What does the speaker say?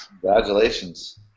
Congratulations